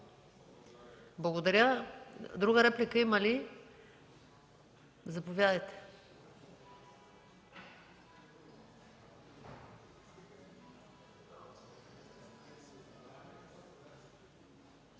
Благодаря. Друга реплика има ли? Заповядайте,